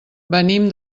venim